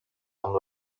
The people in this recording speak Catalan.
amb